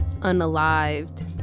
unalived